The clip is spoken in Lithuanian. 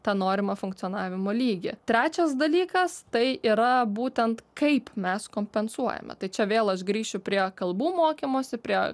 tą norimą funkcionavimo lygį trečias dalykas tai yra būtent kaip mes kompensuojame tai čia vėl aš grįšiu prie kalbų mokymosi prie